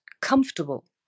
comfortable